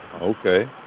Okay